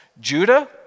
Judah